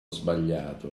sbagliato